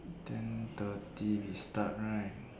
ten thirty we start right